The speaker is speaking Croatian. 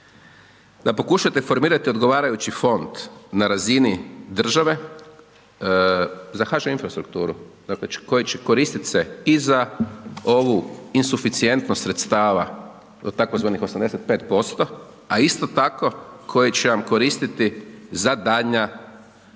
da pokušate formirati odgovarajući fond na razini države za HŽ infrastrukturu, dakle koji će koristit se i za ovu insuficijentnost sredstava tzv. 85%, a isto tako koji će vam koristiti za daljnja ulaganja